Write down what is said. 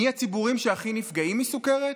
מי הציבורים שהכי נפגעים מסוכרת?